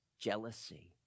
jealousy